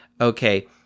okay